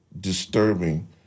disturbing